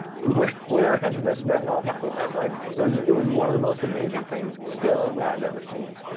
where where has this been all my life? like it was it was one of the most amazing things, still, that i've ever seen.